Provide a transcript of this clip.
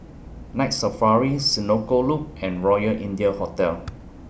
Night Safari Senoko Loop and Royal India Hotel